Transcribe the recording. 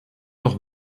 noch